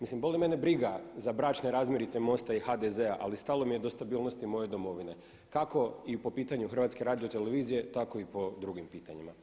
Mislim, boli mene briga za bračne razmirice MOST-a i HDZ-a ali stalo mi je do stabilnosti moje domovine kako i po pitanju HRT-a tako i po drugim pitanjima.